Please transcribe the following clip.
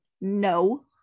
No